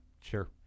Sure